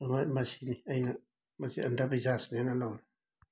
ꯃ ꯃꯁꯤꯅꯤ ꯑꯩꯅ ꯃꯁꯤ ꯑꯟꯗꯕꯤꯁꯋꯥꯁꯅꯦꯅ ꯂꯧꯋꯦ